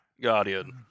Guardian